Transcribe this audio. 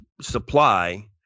supply